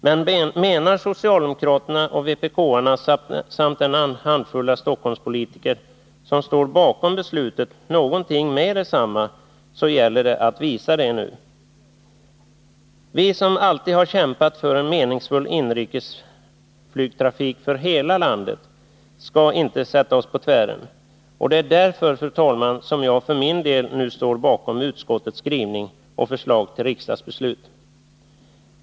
Men menar socialdemokrater och vpk-are samt den handfull Stockholmspolitiker som står bakom beslutet någonting med detsamma gäller det att visa det nu. Vi som alltid har kämpat för en meningsfull inrikesflygtrafik för hela landet skall inte sätta oss på tvären. Det är därför, fru talman, som jag för min del står bakom utskottets skrivning och förslag till riksdagsbeslut.